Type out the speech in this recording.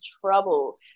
trouble